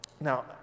now